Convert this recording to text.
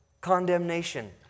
condemnation